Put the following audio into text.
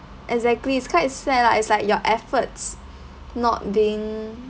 exactly it's quite sad lah it's like your efforts not being